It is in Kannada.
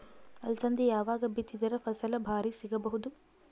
ಅಲಸಂದಿ ಯಾವಾಗ ಬಿತ್ತಿದರ ಫಸಲ ಭಾರಿ ಸಿಗಭೂದು?